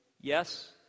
yes